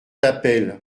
d’appel